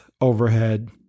overhead